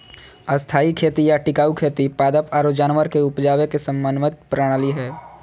स्थायी खेती या टिकाऊ खेती पादप आरो जानवर के उपजावे के समन्वित प्रणाली हय